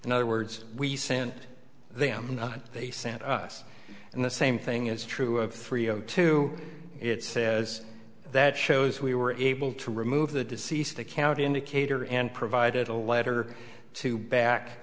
in other words we sent them they sent us and the same thing is true of three o two it says that shows we were able to remove the deceased account indicator and provided a letter to back